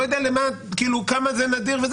כמה זה נדיר,